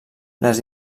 les